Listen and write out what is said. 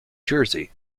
jersey